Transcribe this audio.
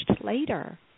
later